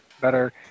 better